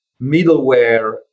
middleware